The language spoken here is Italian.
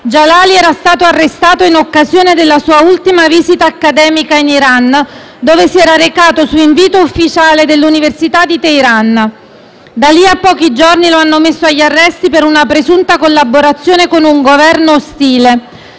Djalali era stato arrestato in occasione della sua ultima visita accademica in Iran, dove si era recato su invito ufficiale dell'università di Teheran. Di lì a pochi giorni lo hanno messo agli arresti per una presunta "collaborazione con un Governo ostile";